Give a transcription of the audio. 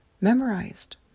memorized